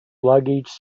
luggage